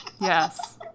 Yes